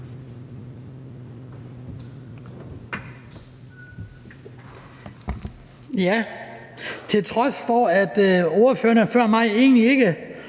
Til trods for at ordførerne før mig egentlig ikke